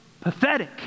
pathetic